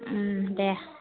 दे